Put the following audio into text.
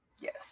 Yes